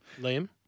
Liam